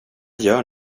gör